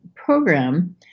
program